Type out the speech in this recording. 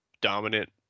dominant